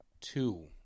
Two